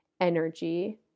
energy